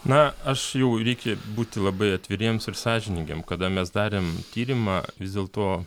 na aš jau reikia būti labai atviriems ir sąžiningiem kada mes darėm tyrimą vis dėlto